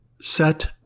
Set